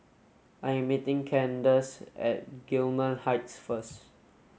I am meeting Candyce at Gillman Heights first